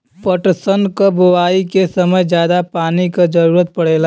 पटसन क बोआई के समय जादा पानी क जरूरत पड़ेला